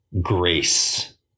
grace